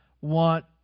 want